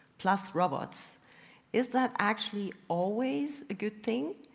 plus robots is that actually always a good thing?